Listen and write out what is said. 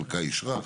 חלק אישרה,